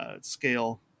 scale